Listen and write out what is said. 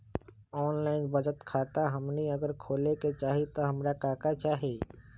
Online बचत खाता हमनी अगर खोले के चाहि त हमरा का का चाहि?